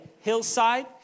hillside